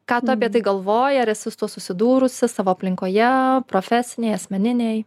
ką tu apie tai galvoji ar esi su tuo susidūrusi savo aplinkoje profesinėj asmeninėj